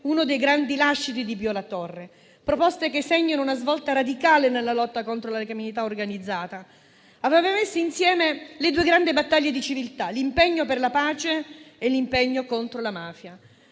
uno dei grandi lasciti di Pio La Torre: proposte che segnano una svolta radicale nella lotta contro la criminalità organizzata. Aveva messo insieme le due grandi battaglie di civiltà: l'impegno per la pace e l'impegno contro la mafia.